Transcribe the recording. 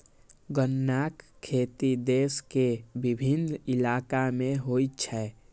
गन्नाक खेती देश के विभिन्न इलाका मे होइ छै